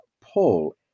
Paul